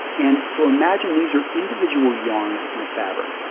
and so imagine these are individual yarns in a fabric.